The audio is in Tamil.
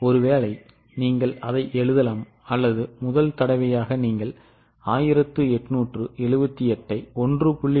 ஒருவேளை நீங்கள் அதை எழுதலாம் அல்லது முதல் தடவையாக நீங்கள் 1878 ஐ 1